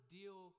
deal